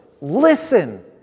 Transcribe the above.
listen